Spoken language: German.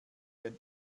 ein